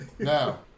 Now